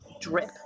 drip